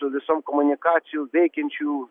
su visom komunikacijų veikiančių